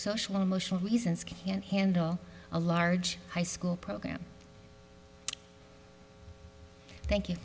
social emotional reasons can't handle a large high school program thank you